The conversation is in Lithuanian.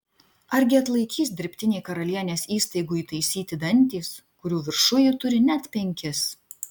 argi atlaikys dirbtiniai karalienės įstaigų įtaisyti dantys kurių viršuj ji turi net penkis